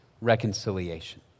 reconciliation